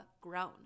grown